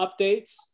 updates